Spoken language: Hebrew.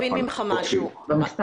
מר ביר,